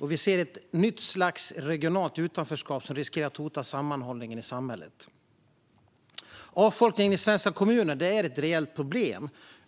Vi ser ett nytt slags regionalt utanförskap som riskerar att hota sammanhållningen i samhället. Avfolkningen i svenska kommuner är ett reellt problem.